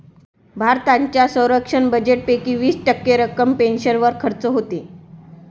भारताच्या संरक्षण बजेटपैकी वीस टक्के रक्कम पेन्शनवर खर्च होते